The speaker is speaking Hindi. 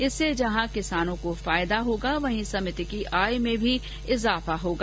इससे जहॉ किसानों को फायदा होगा वहीं समिति की आय में भी इजाफा होगा